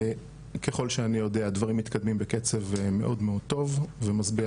ככל שאני יודע הדברים מתקדמים בקצב מאוד מאוד טוב ומשביע